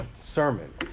sermon